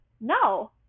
no